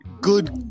good